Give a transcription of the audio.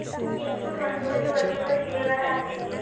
eggfruit वनस्पती वर्षभर हिरवेगार राहते